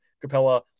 Capella